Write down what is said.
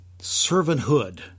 servanthood